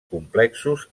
complexos